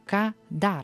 ką dar